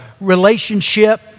relationship